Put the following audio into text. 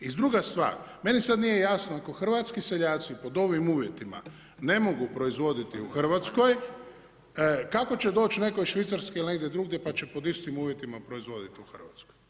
I druga stvar, meni sada nije jasno ako hrvatski seljaci pod ovim uvjetima ne proizvoditi u Hrvatskoj, kako će doći neko iz Švicarske ili negdje drugdje pa će pod istim uvjetima proizvoditi u Hrvatskoj?